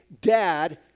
Dad